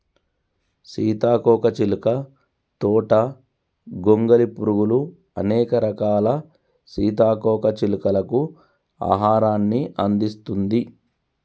సీతాకోక చిలుక తోట గొంగలి పురుగులు, అనేక రకాల సీతాకోక చిలుకలకు ఆహారాన్ని అందిస్తుంది